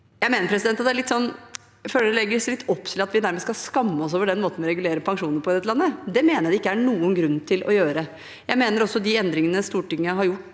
Jeg føler at det legges litt opp til at vi nærmest skal skamme oss over den måten vi regulerer pensjonene på i dette landet. Det mener jeg det ikke er noen grunn til å gjøre. Jeg mener også at de endringene Stortinget har gjort